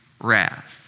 wrath